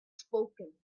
spoken